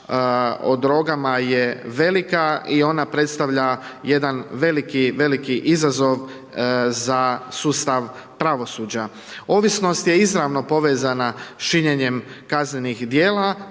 o drogama je velika i ona predstavlja jedan veliki, veliki izazov za sustav pravosuđa. Ovisnost je izravno povezana s činjenjem kaznenih djela,